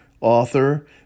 author